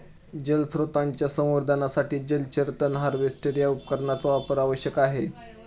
जलस्रोतांच्या संवर्धनासाठी जलचर तण हार्वेस्टर या उपकरणाचा वापर आवश्यक आहे